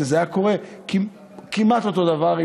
זה היה קורה כמעט אותו דבר,